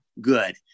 good